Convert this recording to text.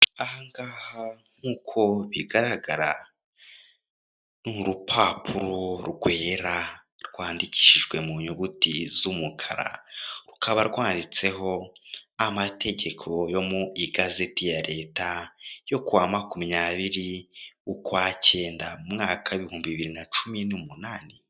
Aha ngaha nk' uko bigaragara; ni urupapuru rwera rwandikishijwe mu nyuguti z' umukara. Rukaba rwanditseho amategeko yo mu igazeti ya leta yo ku wa makumyabiri ukwa cyenda umwaka w'ibihumbi bibiri na cumi n' umunani.